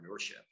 entrepreneurship